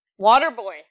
Waterboy